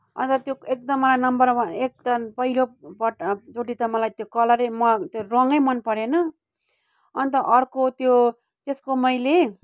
अन्त त्यो एकदम मलाई नम्बर वान एक त पहिलोपटक चोटि त मलाई त्यो कलरै म त्यो रङै मनपरेन अन्त अर्को त्यो त्यसको मैले